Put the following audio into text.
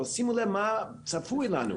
אבל שימו לב מה צפוי לנו,